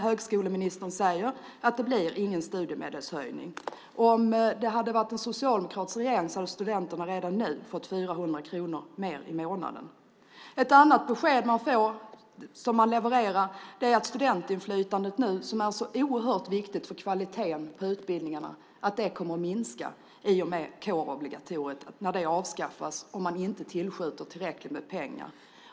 Högskoleministern säger att det inte blir någon studiemedelshöjning. Om det hade varit en socialdemokratisk regering hade studenterna redan nu fått 400 kronor mer i månaden. Ett annat besked som man levererar är att studentinflytandet, som är så oerhört viktigt för kvaliteten på utbildningarna, kommer att minska när kårobligatoriet avskaffas och man inte tillskjuter tillräckligt med pengar.